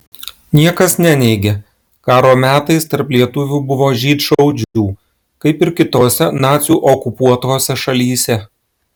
niekas neneigia karo metais tarp lietuvių buvo žydšaudžių kaip ir kitose nacių okupuotose šalyse